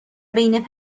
بین